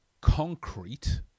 concrete